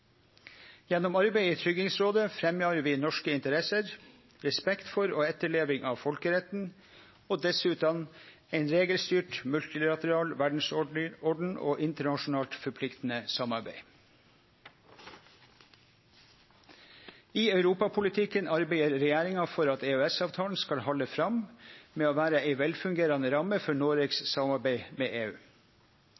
Gjennom arbeidet i Tryggingsrådet fremjar vi norske interesser, respekt for og etterleving av folkeretten, og dessutan ein regelstyrt multilateral verdsorden og internasjonalt forpliktande samarbeid. I europapolitikken arbeider regjeringa for at EØS-avtalen skal halde fram med å vere ei velfungerande ramme for Noregs